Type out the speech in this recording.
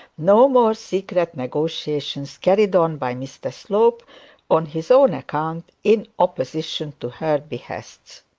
nor more secret negotiations carried on by mr slope on his own account in opposition to her behests.